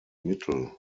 mittel